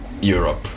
Europe